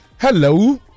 Hello